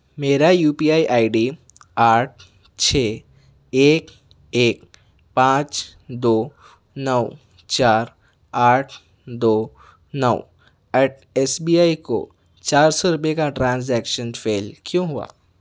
میرا U P I I D آٹھ چھ ایک ایک پانچ دو نو چار آٹھ دو نو ایٹ ایس بی آئی کو چار سو روپئے کا ٹرانزیکشن فیل کیوں ہوا؟